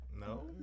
No